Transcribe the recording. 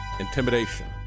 intimidation